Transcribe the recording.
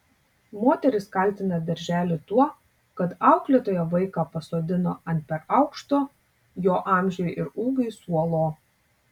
moteris kaltina darželį tuo kad auklėtoja vaiką pasodino ant per aukšto jo amžiui ir ūgiui suolo